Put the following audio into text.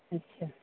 ਅੱਛਾ